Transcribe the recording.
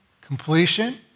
Completion